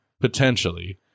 potentially